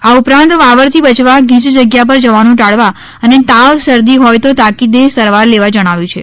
આ ઉપરાંત વાવરથી બચવા ગીચ જગ્યા પર જવાનું ટાળવા અને તાવ શરદી હોય તો તાકીદે સારવાર લેવા જણાવ્યું છે